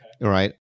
right